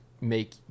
make